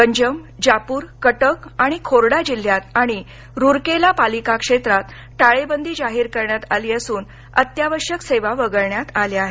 गंजम जापूर कटक आणि खोरडा जिल्ह्यात आणि रूरकेला पालिका क्षेत्रात टाळेबंदी जाहीर करण्यात आली असून अत्यावश्यक सेवा वगळण्यात आल्या आहेत